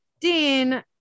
Dean